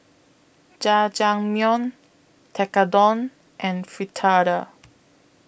Jajangmyeon Tekkadon and Fritada